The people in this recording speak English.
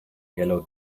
yellow